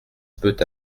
peut